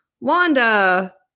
Wanda